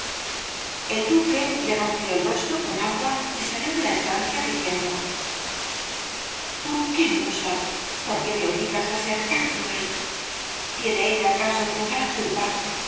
el duque le roció el rostro con agua y salió de la estancia diciendo por qué musa me obligas á ser tan cruel tiene ella acaso toda la culpa